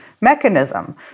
mechanism